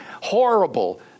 horrible